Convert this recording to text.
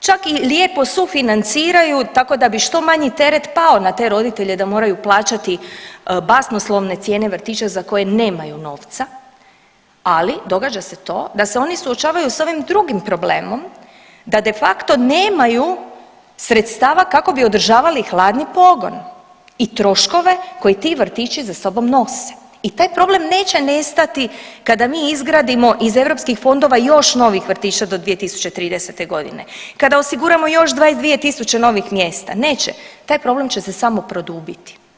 čak i lijepo sufinanciraju tako da bi što manji teret pao na te roditelje da moraju plaćati basnoslovne cijene vrtića za koje nemaju novca, ali događa se to da se oni suočavaju s ovim drugim problemom da de facto nemaju sredstava kako bi održavali hladni pogon i troškove koji ti vrtići za sobom nose i taj problem neće nestati kada mi izgradimo iz europskih fondova još novih vrtića do 2030.g., kada osiguramo još 22 tisuće novih mjesta, neće, taj problem će se samo produbiti.